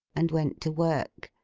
and went to work.